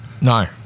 No